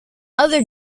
other